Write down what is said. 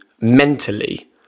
mentally